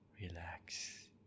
Relax